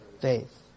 Faith